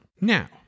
Now